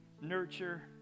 nurture